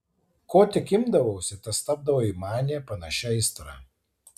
ko tik imdavausi tas tapdavo į maniją panašia aistra